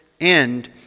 end